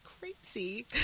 crazy